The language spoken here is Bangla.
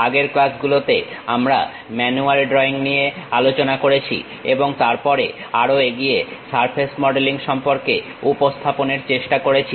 আগের ক্লাসগুলোতে আমরা ম্যানুয়াল ড্রয়িং নিয়ে আলোচনা করেছি এবং তারপর আরো এগিয়ে সারফেস মডেলিং সম্পর্কে উপস্থাপনের চেষ্টা করেছি